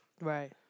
Right